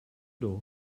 door